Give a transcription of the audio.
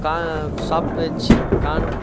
கா சாப்ட்வெஜ் கார்ன்